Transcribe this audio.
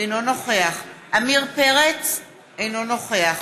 אינו נוכח עמיר פרץ, אינו נוכח